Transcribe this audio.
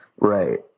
Right